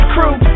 Crew